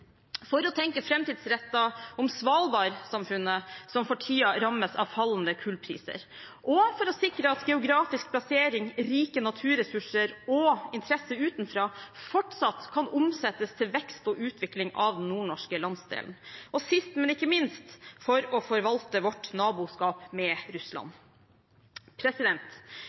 for å tenke framtidsrettet om Svalbard-samfunnet, som for tiden rammes av fallende kullpriser, for å sikre at geografisk plassering, rike naturressurser og interesse utenfra fortsatt kan omsettes til vekst og utvikling av den nordnorske landsdelen, og sist, men ikke minst, for å forvalte vårt naboskap med Russland.